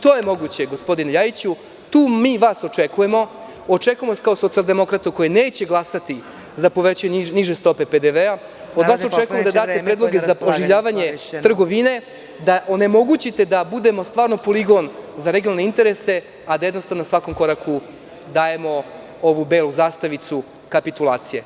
To je moguće, gospodine Ljajiću, tu mi vas čekamo, očekujemo vas kao socijaldemokrata koji neće glasati za povećanje niže stope PDV, od vas očekujemo da date predloge za preživljavanje trgovine, da onemogućite da budemo stvarno poligon za regionalne interese, a da na svakom koraku dajemo ovu belu zastavicu kapitulacije.